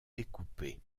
découpée